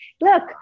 look